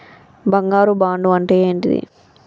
బంగారు బాండు అంటే ఏంటిది?